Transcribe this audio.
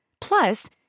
Plus